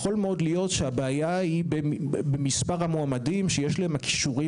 יכול מאוד להיות שהבעיה היא במספר המועמדים שיש להם הכישורים